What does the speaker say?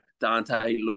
Dante